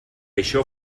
això